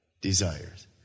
desires